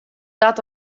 dat